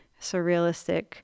surrealistic